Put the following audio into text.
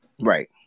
Right